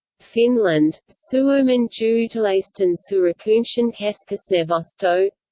finland suomen juutalaisten seurakuntien keskusneuvosto